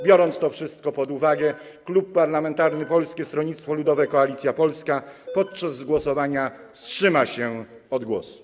Biorąc to wszystko pod uwagę, Klub Parlamentarny Polskie Stronnictwo Ludowe - Koalicja Polska podczas głosowania wstrzyma się od głosu.